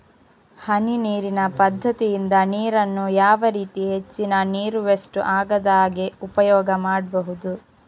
ಹನಿ ನೀರಿನ ಪದ್ಧತಿಯಿಂದ ನೀರಿನ್ನು ಯಾವ ರೀತಿ ಹೆಚ್ಚಿನ ನೀರು ವೆಸ್ಟ್ ಆಗದಾಗೆ ಉಪಯೋಗ ಮಾಡ್ಬಹುದು?